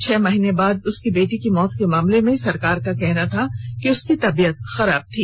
छह माह बाद उसकी बेटी की मौत के मामले में सरकार का कहना था कि उसकी तबीयत खराब थी